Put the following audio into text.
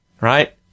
right